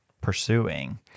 pursuing